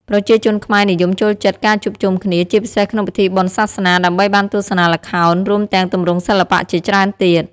ប្រជាជនខ្មែរនិយមចូលចិត្តការជួបជុំគ្នា ជាពិសេសក្នុងពិធីបុណ្យសាសនា ដើម្បីបានទស្សនាល្ខោន រួមទាំងទម្រង់សិល្បៈជាច្រើនទៀត។